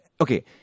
Okay